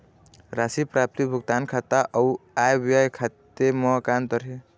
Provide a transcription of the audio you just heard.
राशि प्राप्ति भुगतान खाता अऊ आय व्यय खाते म का अंतर हे?